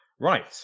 Right